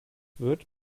wird